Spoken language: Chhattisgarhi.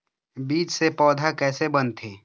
बीज से पौधा कैसे बनथे?